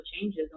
changes